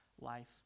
life